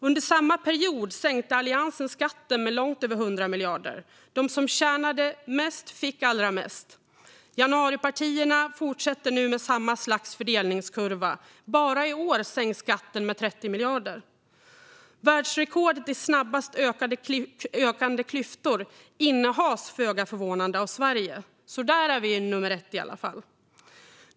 Under samma period sänkte Alliansen skatten med långt över 100 miljarder. De som tjänade mest fick allra mest. Januaripartierna fortsätter nu med samma slags fördelningskurva. Bara i år sänks skatten med 30 miljarder. Världsrekordet i snabbast ökande klyftor innehas föga förvånade av Sverige. Där är vi i alla fall nummer 1.